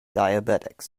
diabetics